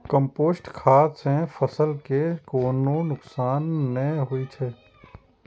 compost खाद सं फसल कें कोनो नुकसान नै होइ छै